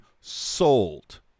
sold